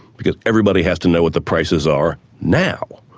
because everybody has to know what the prices are, now!